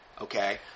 okay